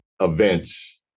events